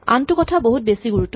আনটো কথা বহুত বেছি গুৰুতৰ